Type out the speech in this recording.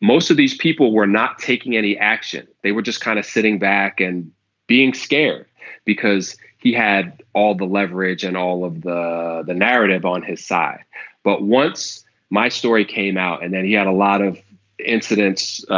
most of these people were not taking any action they were just kind of sitting back and being scared because he had all the leverage and all of the the narrative on his side but once my story came out and then he had a lot of incidents